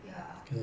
ya